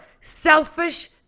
selfish